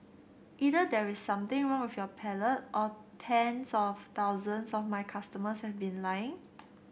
either there is something wrong with your palate or tens of thousands of my customers have been lying